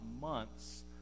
months